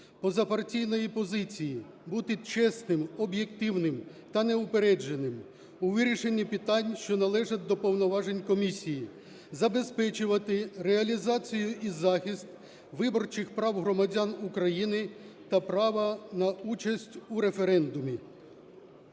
позапартійної позиції, бути чесним, об'єктивним та неупередженим у вирішенні питань, що належать до повноважень комісії, забезпечувати реалізацію і захист виборчих прав громадян України та права на участь у референдумі.